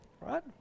right